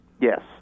yes